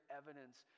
evidence